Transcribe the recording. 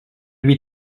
lui